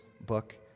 book